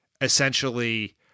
essentially